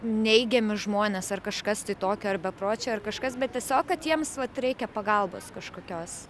neigiami žmonės ar kažkas tai tokio ar bepročiai ar kažkas bet tiesiog kad jiems vat reikia pagalbos kažkokios